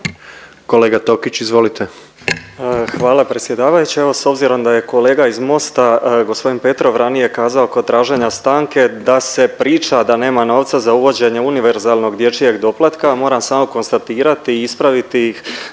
**Tokić, Frane (DP)** Hvala predsjedavajući. Evo s obzirom da je kolega iz Mosta g. Petrov ranije kazao kod traženja stanke da se priča da nema novca za uvođenje univerzalnog dječjeg doplatka, moram samo konstatirati i ispraviti da